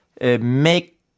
make